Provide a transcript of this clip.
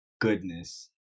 goodness